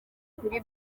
kuri